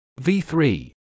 V3